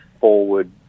forward